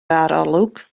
arolwg